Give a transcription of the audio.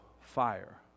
fire